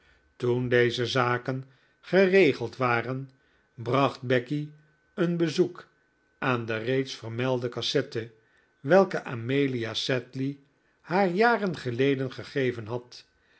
toen deze zaken geregeld waren bracht becky een bezoek aan de reeds vermelde cassette welke amelia sedley haar jaren geleden gegeven had